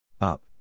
Up